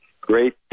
great